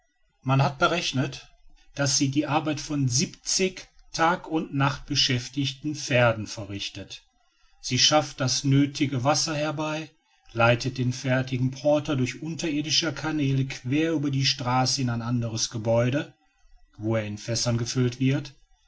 man hat berechnet daß sie die arbeit von siebzig tag und nacht beschäftigen pferden verrichtet sie schafft das nötige wasser herbei leitet den fertigen porter durch unterirdische kanäle quer über die straße in ein anderes gebäude wo er in fässer gefüllt wird